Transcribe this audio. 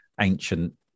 ancient